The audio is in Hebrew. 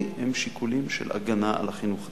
הם השיקולים של הגנה על החינוך הציבורי,